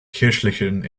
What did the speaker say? kirchlichen